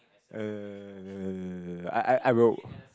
uh I I I wrote